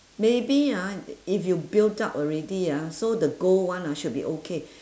maybe ah i~ if you built up already ah so the gold one uh should be okay